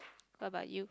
what about you